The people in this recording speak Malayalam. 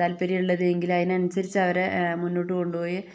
താല്പര്യം ഉള്ളത് എങ്കിൽ അതനുസരിച്ച് അവരെ മുന്നോട്ട് കൊണ്ട് പോയി